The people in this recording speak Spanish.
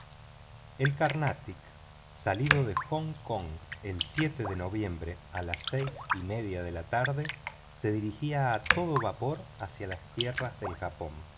el carnatic salido de hong kong el de noviembre a las seis y media de la tarde se dirigía a todo vapor hacia las tierras del japón